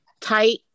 tight